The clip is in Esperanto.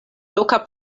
loka